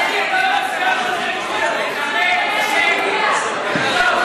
להצבעה, כשהיית בממשלה לא עשית את זה.